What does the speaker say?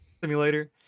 simulator